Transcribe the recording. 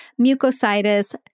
mucositis